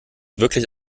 wirklich